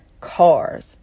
cars